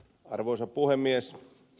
arvoisa puhemies